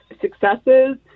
successes